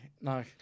No